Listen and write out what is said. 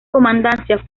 comandancia